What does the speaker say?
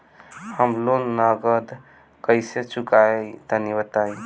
हम लोन नगद कइसे चूकाई तनि बताईं?